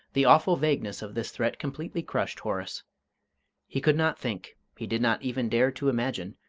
the awful vagueness of this threat completely crushed horace he could not think, he did not even dare to imagine,